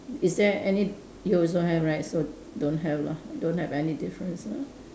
is there any you also have right so don't have lah don't have any difference ah